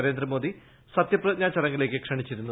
നരേന്ദ്രമോദി സത്യപ്രതിജ്ഞാ ചടങ്ങിലേയ്ക്ക് ക്ഷണിച്ചിരുന്നത്